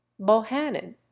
Bohannon